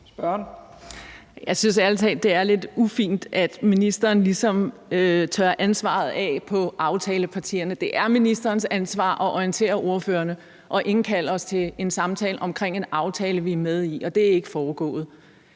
Jeg synes ærlig talt, det er lidt ufint, at ministeren ligesom tørrer ansvaret af på aftalepartierne. Det er ministerens ansvar at orientere ordførerne og indkalde os til en samtale omkring en aftale, vi er med i. Og det er ikke foregået.